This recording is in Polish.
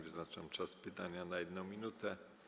Wyznaczam czas pytania na 1 minutę.